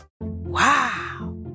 Wow